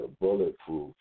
bulletproof